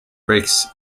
bricks